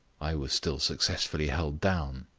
i was still successfully held down.